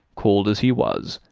cold as he was,